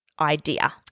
idea